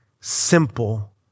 simple